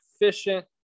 efficient